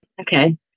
Okay